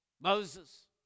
Moses